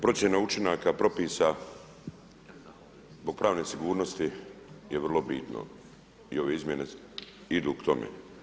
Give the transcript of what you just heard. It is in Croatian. Procjena učinaka propisa zbog pravne sigurnosti je vrlo bitno i ove izmjene idu k tome.